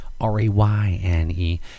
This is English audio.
R-A-Y-N-E